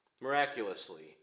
miraculously